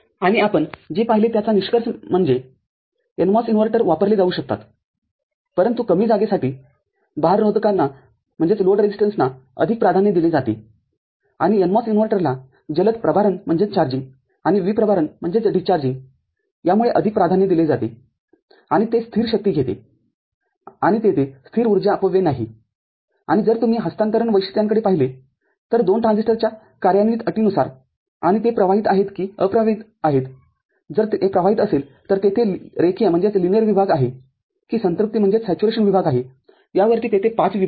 आणि आपण जे पाहिले त्याचा निष्कर्ष म्हणजे NMOS इनव्हर्टर वापरले जाऊ शकतात परंतु कमी जागेसाठी भार रोधकांना अधिक प्राधान्य दिले जाते आणि NMOS इनव्हर्टरला जलद प्रभारणआणि विप्रभारणयामुळे अधिक प्राधान्य दिले जाते आणि ते स्थिर शक्ती घेते आणि तेथे स्थिर ऊर्जा अपव्यय नाही आणि जर तुम्ही हस्तांतरण वैशिष्ट्यांकडे पाहिले तर दोन ट्रान्झिस्टरच्याकार्यान्वित अटीनुसार आणि ते प्रवाहित आहेत कि अप्रवाहीत आहेत जर ते प्रवाहित असेल तर तेथे रेखीय विभाग आहे कि संतृप्ति विभाग आहे यावरती तेथे ५ विभाग आहेत